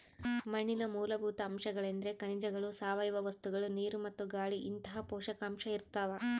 ಮಣ್ಣಿನ ಮೂಲಭೂತ ಅಂಶಗಳೆಂದ್ರೆ ಖನಿಜಗಳು ಸಾವಯವ ವಸ್ತುಗಳು ನೀರು ಮತ್ತು ಗಾಳಿಇಂತಹ ಪೋಷಕಾಂಶ ಇರ್ತಾವ